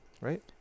Right